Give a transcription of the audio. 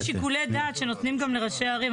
שיקולי דעת שנותנים גם לראשי הערים.